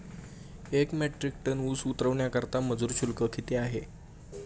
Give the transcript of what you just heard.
एक metric tonne ऊस उतरवण्याकरता मजूर शुल्क किती आहे?